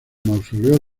mausoleo